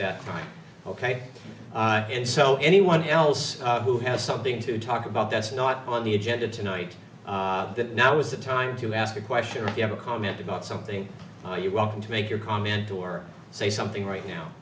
that time ok and so anyone else who has something to talk about that's not on the agenda tonight that now is the time to ask a question or if you have a comment about something you're welcome to make your comment or say something right now